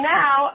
now